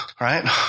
Right